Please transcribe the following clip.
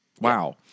wow